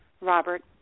Robert